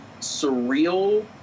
surreal